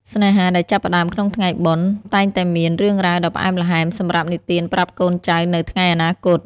ស្នេហាដែលចាប់ផ្ដើមក្នុងថ្ងៃបុណ្យ តែងតែមាន "រឿងរ៉ាវដ៏ផ្អែមល្ហែម" សម្រាប់និទានប្រាប់កូនចៅនៅថ្ងៃអនាគត។